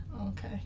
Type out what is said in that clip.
Okay